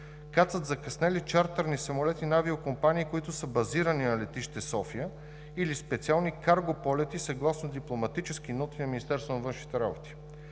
кацат закъснели чартърни самолети на авиокомпании, които са базирани на летище София, или специални карго полети съгласно дипломатически ноти на Министерството на външните работи.